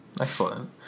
Excellent